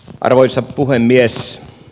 arvoisa puhemies